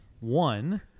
one